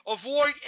Avoid